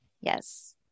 Yes